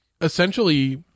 essentially